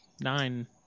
Nine